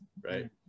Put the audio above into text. right